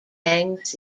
yangtze